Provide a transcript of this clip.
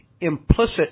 implicit